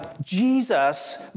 Jesus